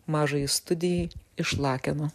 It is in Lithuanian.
mažajai studijai iš lakeno